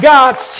God's